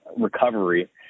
recovery